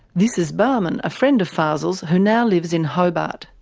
this is bahman, a friend of fazel's who now lives in hobart.